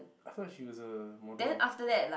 I thought she was a model